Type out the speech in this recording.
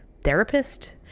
therapist